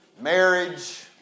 marriage